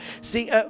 See